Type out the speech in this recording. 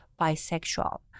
bisexual